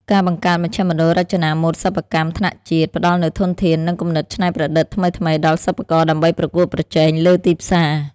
ការបង្កើតមជ្ឈមណ្ឌលរចនាម៉ូដសិប្បកម្មថ្នាក់ជាតិ ផ្ដល់នូវធនធាន និងគំនិតច្នៃប្រឌិតថ្មីៗដល់សិប្បករដើម្បីប្រកួតប្រជែងលើទីផ្សារ។